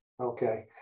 Okay